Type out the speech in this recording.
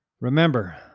Remember